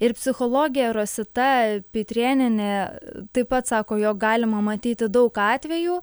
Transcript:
ir psichologė rosita pitrėnienė taip pat sako jog galima matyti daug atvejų